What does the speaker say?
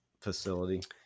facility